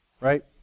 right